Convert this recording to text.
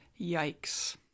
Yikes